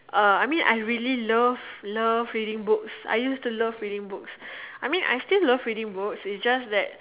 uh I mean I really love love I used to love reading books I mean I still love reading books it's just that